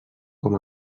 com